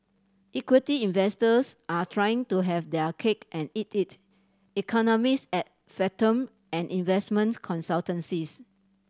equity investors are trying to have their cake and eat it economist at Fathom an investment consultancies